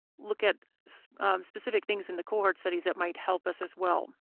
look at specific things in the cohort studies that might help us as well.